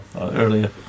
earlier